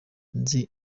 nzi